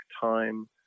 time